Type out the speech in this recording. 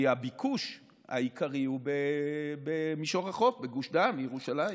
הביקוש העיקרי הוא במישור החוף, בגוש דן, ירושלים.